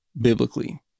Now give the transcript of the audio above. biblically